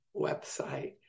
website